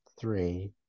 three